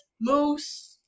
moose